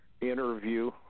interview